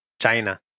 China